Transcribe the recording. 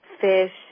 fish